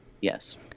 Yes